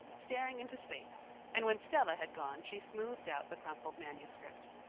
staring into space and when stella had gone she smoothed out the crumpled manuscript.